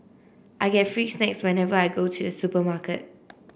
I get free snacks whenever I go to the supermarket